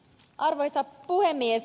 arvoisa puhemies